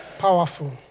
Powerful